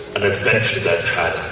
an adventure that